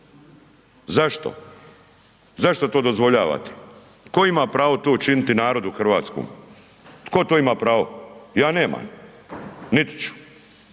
Zašto? Zašto to dozvoljavate? Tko ima pravo to činiti narodu hrvatskom, tko to ima pravo? Ja nemam niti ću,